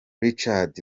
richard